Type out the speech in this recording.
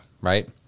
right